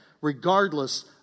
regardless